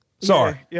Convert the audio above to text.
Sorry